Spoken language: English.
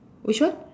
which one